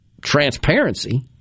transparency